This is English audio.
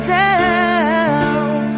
down